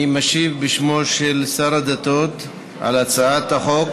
אני משיב בשמו של שר הדתות על הצעת החוק